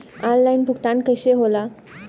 Online भुगतान कैसे होए ला?